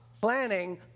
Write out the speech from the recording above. planning